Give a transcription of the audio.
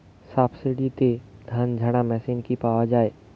সাবসিডিতে ধানঝাড়া মেশিন কি পাওয়া য়ায়?